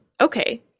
Okay